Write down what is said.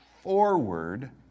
forward